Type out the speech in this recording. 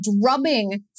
drubbing